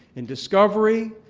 in discovery,